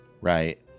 Right